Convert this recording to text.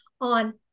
on